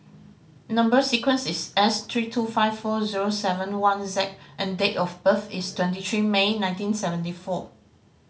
number sequence is S three two five four zero seven one Z and date of birth is twenty three May nineteen seventy four